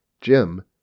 Jim